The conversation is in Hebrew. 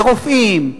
לרופאים,